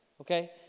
okay